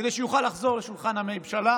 כדי שיוכל לחזור לשולחן הממשלה.